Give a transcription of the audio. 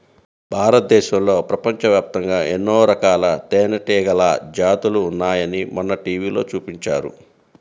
భారతదేశంలో, ప్రపంచవ్యాప్తంగా ఎన్నో రకాల తేనెటీగల జాతులు ఉన్నాయని మొన్న టీవీలో చూపించారు